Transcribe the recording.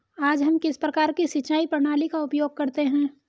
आज हम किस प्रकार की सिंचाई प्रणाली का उपयोग करते हैं?